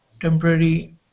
temporary